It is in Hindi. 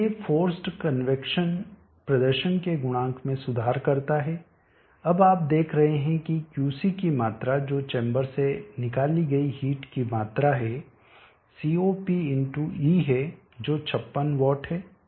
इसलिए फोर्सड कन्वैक्शन प्रदर्शन के गुणांक में सुधार करता है अब आप देख रहे हैं कि Qc की मात्रा जो चैम्बर से निकाली गई हीट की मात्रा है CoP × E है जो 56 वाट है